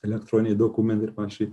elektroniniai dokumentai ir pačiai